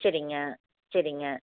சரிங்க சரிங்க